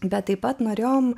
bet taip pat norėjome